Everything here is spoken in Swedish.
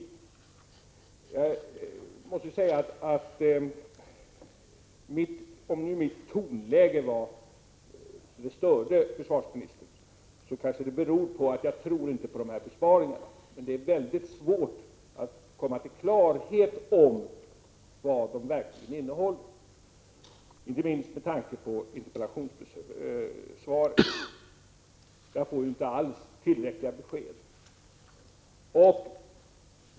Jag måste säga att om nu mitt tonläge är sådant att det störde försvarsministern, kanske det beror på att jag inte tror på de besparingar som redovisas. Men det är väldigt svårt att komma till klarhet om vad siffrorna verkligen innehåller, inte minst med tanke på interpellationssvaret. Där får vi inte alls tillräckliga besked.